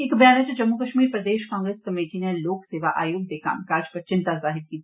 इक ब्यानै च जम्मू कश्मीर प्रदेश कांग्रेस कमटी नै लोक सेवा आयोग दे कम्मकाज पर चिन्ता जाहिर कीती